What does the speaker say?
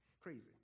crazy